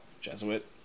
Jesuit